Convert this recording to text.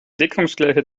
deckungsgleiche